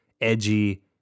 Edgy